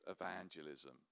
evangelism